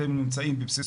אתם נמצאים בבסיסו.